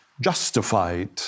justified